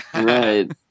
Right